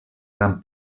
gran